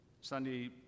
Sunday